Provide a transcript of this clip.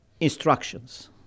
instructions